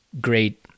great